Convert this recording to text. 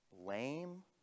Lame